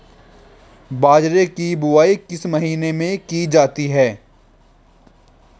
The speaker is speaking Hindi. बाजरे की बुवाई किस महीने में की जाती है?